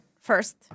first